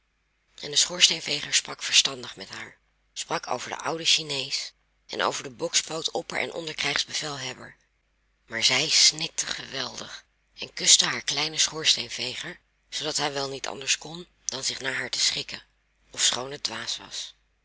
en de schoorsteenveger sprak verstandig met haar sprak over den ouden chinees en over den bokspoot opper en onder krijgsbevelhebber maar zij snikte geweldig en kuste haar kleinen schoorsteenveger zoodat hij wel niet anders kon dan zich naar haar te schikken ofschoon het dwaas was